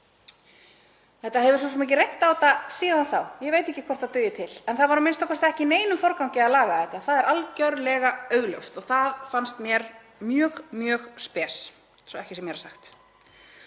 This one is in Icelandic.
Það hefur svo sem ekki reynt á þetta síðan þá. Ég veit ekki hvort þetta dugi til en það var a.m.k. ekki í neinum forgangi að laga þetta. Það er algerlega augljóst og það fannst mér mjög spes, svo að ekki sé meira sagt.